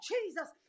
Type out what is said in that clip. Jesus